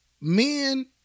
Men